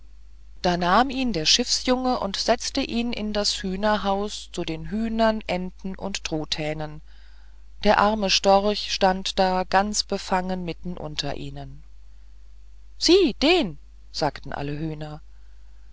da nahm ihn der schiffsjunge und setzte ihn in das hühnerhaus zu den hühnern enten und truthähnen der arme storch stand ganz befangen mitten unter ihnen sieh den sagten alle hühner